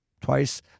twice